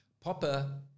Popper